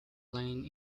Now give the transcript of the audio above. lane